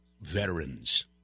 veterans